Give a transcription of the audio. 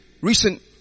recent